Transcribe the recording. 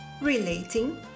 Relating